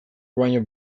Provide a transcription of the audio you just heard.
baino